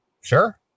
Sure